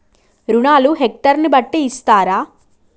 రుణాలు హెక్టర్ ని బట్టి ఇస్తారా?